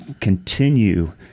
continue